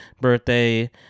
birthday